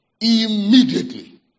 immediately